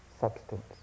substance